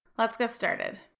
lets get started.